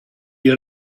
you